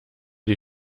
die